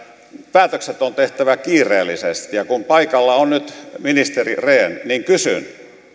päätökset on tehtävä kiireellisesti ja kun paikalla on nyt ministeri rehn niin kysyn